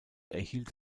erhielt